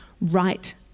right